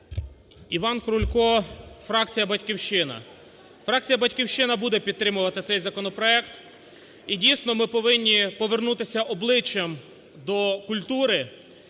Іван Крулько, фракція "Батьківщина". Фракція "Батьківщина" буде підтримувати цей законопроект. І дійсно, ми повинні повернутися обличчям до культури